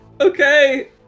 Okay